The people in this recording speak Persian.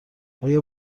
آیا